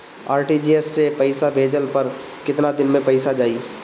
RTGS से पईसा भेजला पर केतना दिन मे पईसा जाई?